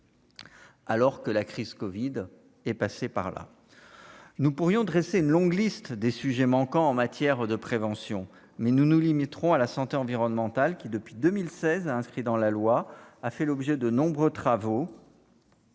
Alors que la crise Covid est passé par là, nous pourrions dressé une longue liste des sujets manquants en matière de prévention mais nous nous limiterons à la santé environnementale qui depuis 2016 a inscrit dans la loi, a fait l'objet de nombreux travaux.